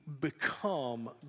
become